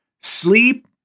Sleep